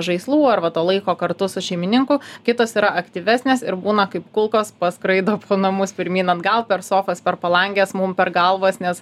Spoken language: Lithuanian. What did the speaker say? žaislų ar va to laiko kartu su šeimininku kitos yra aktyvesnės ir būna kaip kulkos paskraido po namus pirmyn atgal per sofas per palanges mum per galvas nes